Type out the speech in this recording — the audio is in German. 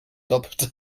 doppelter